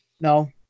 No